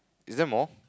is there more